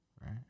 right